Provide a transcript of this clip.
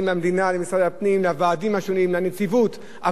אבל לאזרחים הפשוטים שעומדים בחוץ ויש להם מחאה חברתית,